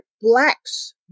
blacks